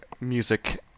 music